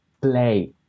play